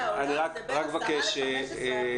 (היו"ר יוליה מלינובסקי קונין, 10:59)